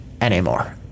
anymore